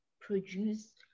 produce